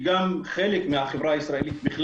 כחלק מהחברה הישראלית,